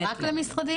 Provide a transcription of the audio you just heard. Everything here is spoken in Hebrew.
זה רק למשרדים?